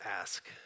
ask